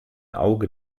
auge